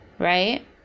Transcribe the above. right